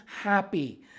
happy